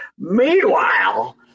Meanwhile